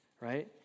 right